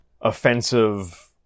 offensive